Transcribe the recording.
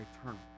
eternal